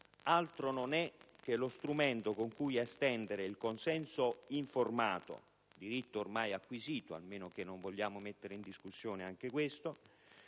altro non è che lo strumento con cui estendere il consenso informato (un diritto ormai acquisito, a meno che non vogliamo mettere in discussione anche questo)